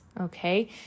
okay